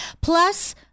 Plus